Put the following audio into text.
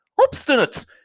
Obstinate